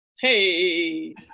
Hey